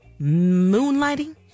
Moonlighting